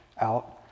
out